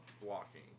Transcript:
blocking